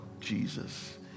Jesus